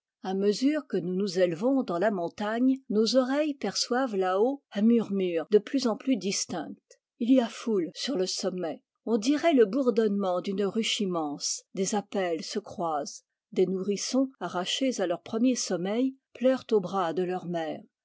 a mesure que nous nous élevons dans la montagne nos oreilles perçoivent là-haut un murmure de plus en plus distinct il y a foule sur le sommet on dirait le bourdonnement d'une ruche immense des appels se croisent des nourrissons arrachés à leur premier sommeil pleurent aux bras de leurs mères